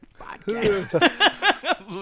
podcast